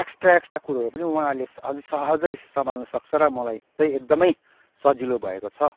extra extra कुराहरू पनि उहाँहरूले अझै सहजै सम्हाल्न सक्छन् र मलाई चाहिँ एकदमै सजिलो भएको छ